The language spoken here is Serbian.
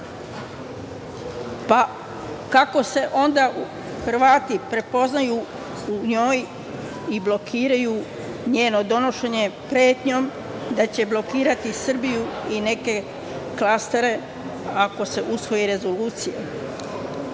pa kako se onda Hrvati prepoznaju u njoj i blokiraju njeno donošenje pretnjom da će blokirati Srbiju i neke klastere ako se usvoji rezolucija? Naš